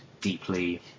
deeply